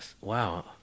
wow